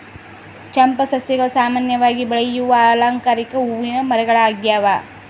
ಚಂಪಾ ಸಸ್ಯಗಳು ಸಾಮಾನ್ಯವಾಗಿ ಬೆಳೆಯುವ ಅಲಂಕಾರಿಕ ಹೂವಿನ ಮರಗಳಾಗ್ಯವ